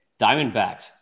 Diamondbacks